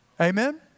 Amen